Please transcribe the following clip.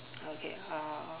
okay uh